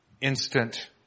instant